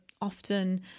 often